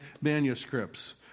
manuscripts